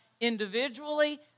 individually